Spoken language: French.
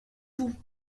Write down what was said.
tout